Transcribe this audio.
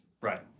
Right